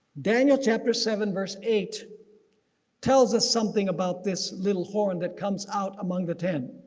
daniel chapter seven verse eight tells us something about this little horn that comes out among the ten.